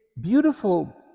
beautiful